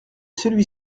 celui